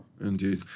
indeed